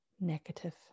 negative